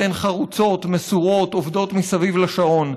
אתן חרוצות, מסורות, עובדות סביב השעון.